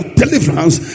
deliverance